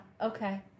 Okay